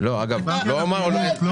חברי התנועה האסלמית.